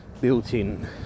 built-in